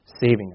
saving